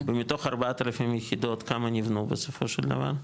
ומתוך 4,000 יחידות, כמה נבנו, בסופו של דבר?